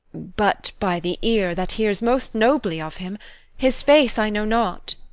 but by the ear, that hears most nobly of him his face i know not.